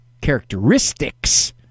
characteristics